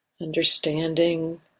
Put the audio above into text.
understanding